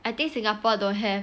I think singapore don't have